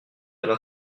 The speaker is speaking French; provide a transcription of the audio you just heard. alla